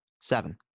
Seven